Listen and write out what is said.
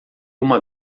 uma